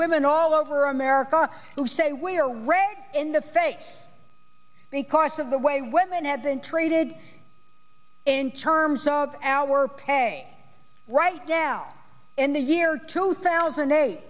women all over america who say we're red in the face because of the way women have been treated in terms of our pay right now in the year two thousand